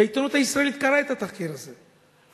העיתונות הישראלית קראה את התחקיר הזה,